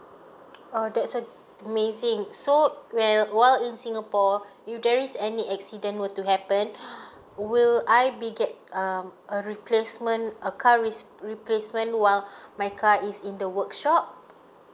oh that's amazing so when while in singapore if there is any accident were to happen will I be get um a replacement a car wrist replacement while my car is in the workshop